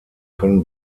können